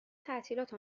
تعطیلات